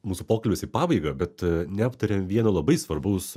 mūsų pokalbis į pabaigą bet neaptarėm vieno labai svarbaus